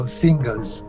singers